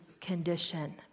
condition